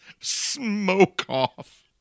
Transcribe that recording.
smoke-off